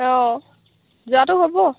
অঁ যোৱাটো হ'ব